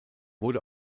wurde